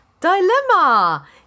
Dilemma